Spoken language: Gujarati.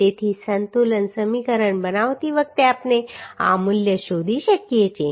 તેથી સંતુલન સમીકરણ બનાવતી વખતે આપણે આ મૂલ્ય શોધી શકીએ છીએ